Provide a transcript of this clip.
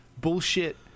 Bullshit